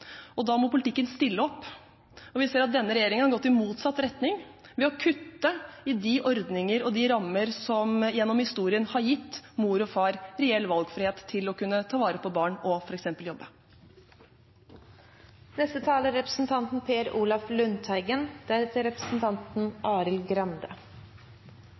Da må politikken stille opp. Vi ser at denne regjeringen har gått i motsatt retning ved å kutte i de ordningene og de rammene som gjennom historien har gitt mor og far reell valgfrihet til å kunne ta vare på barn og f.eks. jobbe. Etter det siste innlegget er